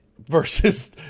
Versus